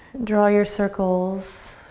draw your circles,